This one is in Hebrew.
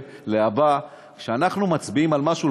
אליו להבא: כשאנחנו מצביעים על משהו,